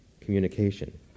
communication